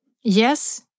Yes